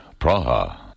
Praha